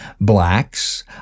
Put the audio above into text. blacks